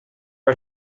are